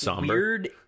weird